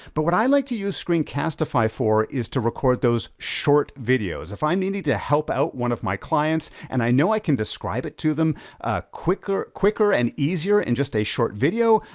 but what i like to use screencastify for, is to record those short videos. if i'm needing to help out one of my clients, and i know i can describe it to them quicker quicker and easier in just a short video,